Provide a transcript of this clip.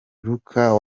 lukaku